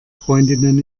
freundinnen